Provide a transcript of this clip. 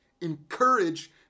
encourage